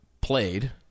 played